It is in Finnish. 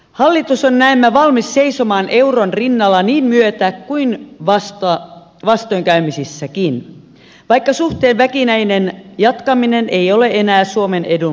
hallitus on näemmä valmis seisomaan euron rinnalla niin myötä kuin vastoinkäymisissäkin vaikka suhteen väkinäinen jatkaminen ei ole enää suomen edun mukaista